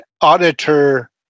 auditor